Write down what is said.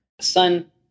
Son